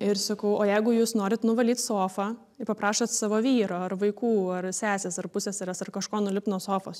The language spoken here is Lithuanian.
ir sakau o jeigu jūs norit nuvalyt sofą ir paprašot savo vyro ar vaikų ar sesės ar pusseserės ar kažko nulipt nuo sofos